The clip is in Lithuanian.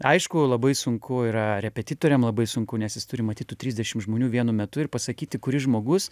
aišku labai sunku yra repetitoriam labai sunku nes jis turi matyt tų trisdešim žmonių vienu metu ir pasakyti kuris žmogus